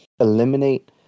eliminate